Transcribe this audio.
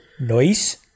Noise